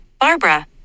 Barbara